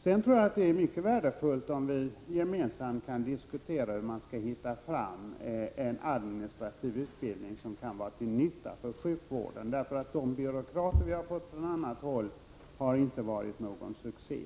Sedan vore det mycket värdefullt om vi gemensamt kunde diskutera hur man skall få fram en administrativ utbildning som kan vara till nytta för sjukvården. De byråkrater vi har fått från annat håll har inte gjort någon succé.